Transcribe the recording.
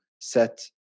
set